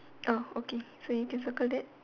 oh okay so you can circle that